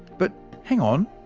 but hang on,